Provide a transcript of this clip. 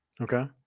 Okay